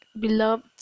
beloved